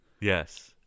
Yes